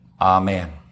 Amen